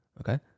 okay